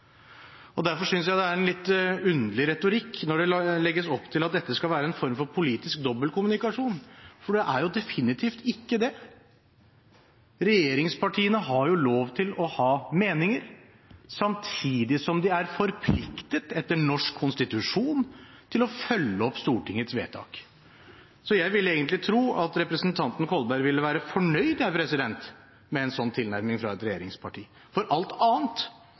Derfor synes jeg det er en litt underlig retorikk når det legges opp til at dette skal være en form for politisk dobbeltkommunikasjon, for det er definitivt ikke det. Regjeringspartiene har lov til å ha meninger samtidig som de er forpliktet etter norsk konstitusjon til å følge opp Stortingets vedtak. Så jeg ville egentlig tro at representanten Kolberg ville være fornøyd med en sånn tilnærming fra et regjeringsparti, for alt annet